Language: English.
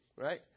right